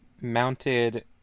mounted